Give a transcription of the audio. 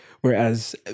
Whereas